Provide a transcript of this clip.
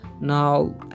Now